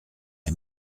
est